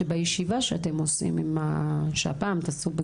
בפגישה שהפעם תעשו,